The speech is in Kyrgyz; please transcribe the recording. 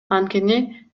анткени